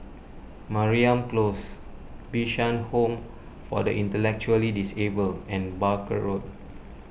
Mariam Close Bishan Home for the Intellectually Disabled and Barker Road